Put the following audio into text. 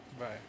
Right